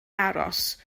aros